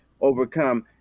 overcome